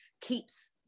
keeps